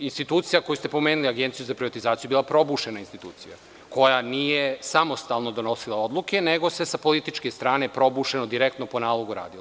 Institucija koju ste pomenuli, Agencija za privatizaciju je bila probušena institucija, koja nije samostalno donosila odluke, nego se sa političke strane probušeno, direktno po nalogu radilo.